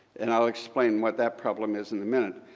and i'll explain what that problem is in a minute,